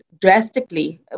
drastically